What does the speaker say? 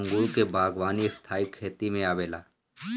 अंगूर के बागवानी स्थाई खेती में आवेला